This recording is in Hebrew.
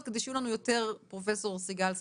על מנת שיהיו לנו יותר פרופסור סיגל סדצקי?